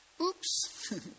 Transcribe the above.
oops